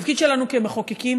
התפקיד שלנו כמחוקקים,